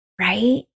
right